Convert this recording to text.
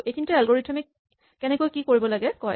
এইখিনিতে এলগৰিথিম এ কেনেকৈ কি কৰিব লাগে কয়